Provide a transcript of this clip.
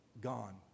gone